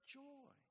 joy